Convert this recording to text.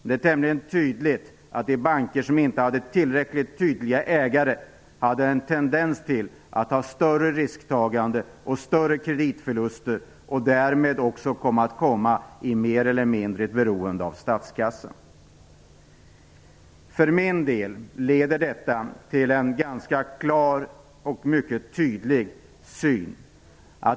Det är tämligen uppenbart att de banker som inte hade tillräckligt tydliga ägare hade en tendens till större risktagande och större kreditförluster och därmed också kom att hamna i ett större eller mindre beroende av statskassan. För min del leder detta till en klar och tydlig syn.